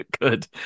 good